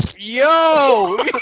Yo